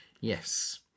Yes